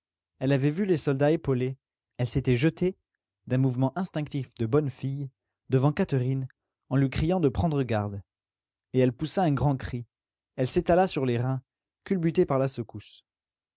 elle avait vu les soldats épauler elle s'était jetée d'un mouvement instinctif de bonne fille devant catherine en lui criant de prendre garde et elle poussa un grand cri elle s'étala sur les reins culbutée par la secousse